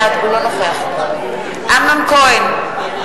בעד אמנון כהן,